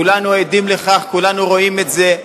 כולנו עדים לכך, כולנו רואים את זה.